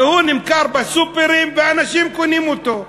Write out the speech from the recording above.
והוא נמכר בסופרים, ואנשים קונים אותו.